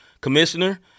commissioner